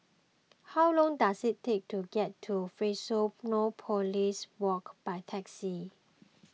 how long does it take to get to Fusionopolis Walk by taxi